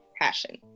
passion